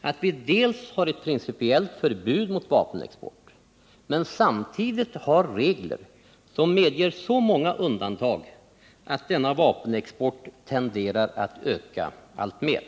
att vi har ett principiellt förbud mot vapenexport men samtidigt har regler som medger så många undantag att denna vapenexport tenderar att öka alltmer.